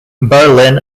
berlin